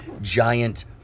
giant